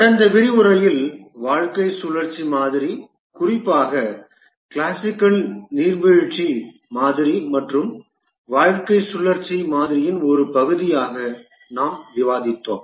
கடந்த விரிவுரையில் வாழ்க்கைச் சுழற்சி மாதிரி குறிப்பாக கிளாசிக்கல் நீர்வீழ்ச்சி மாதிரி மற்றும் வாழ்க்கைச் சுழற்சி மாதிரியின் ஒரு பகுதியாக நாம் விவாதித்தோம்